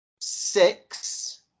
six